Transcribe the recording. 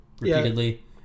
repeatedly